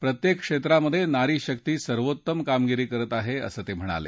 प्रत्येक क्षेत्रात नारी शक्ती सर्वोत्तम कामगिरी करत आहे असं ते म्हणाले